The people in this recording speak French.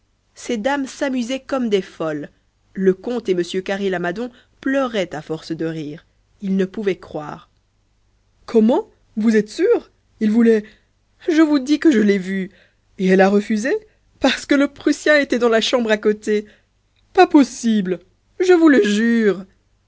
ces dames s'amusaient comme des folles le comte et m carré lamadon pleuraient à force de rire ils ne pouvaient croire comment vous êtes sûr il voulait je vous dis que je l'ai vu et elle a refusé parce que le prussien était dans la chambre à côté pas possible je vous le jure